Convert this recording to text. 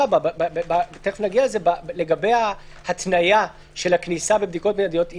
לגבי ההתניה של הכניסה בבדיקות מיידיות,